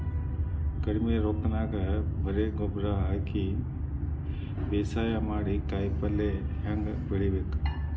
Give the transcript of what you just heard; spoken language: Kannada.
ಕಡಿಮಿ ರೊಕ್ಕನ್ಯಾಗ ಬರೇ ಗೊಬ್ಬರ ಹಾಕಿ ಬೇಸಾಯ ಮಾಡಿ, ಕಾಯಿಪಲ್ಯ ಹ್ಯಾಂಗ್ ಬೆಳಿಬೇಕ್?